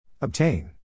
Obtain